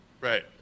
Right